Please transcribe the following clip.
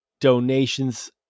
donations